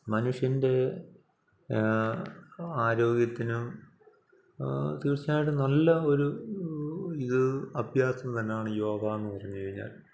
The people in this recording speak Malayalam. മനുഷ്യൻ്റെ ആരോഗ്യത്തിനും തീർച്ചയായിട്ടും നല്ല ഒരു ഇത് അഭ്യാസം തന്നാണ് യോഗ എന്നു പറഞ്ഞു കഴിഞ്ഞാൽ